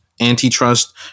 antitrust